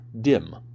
dim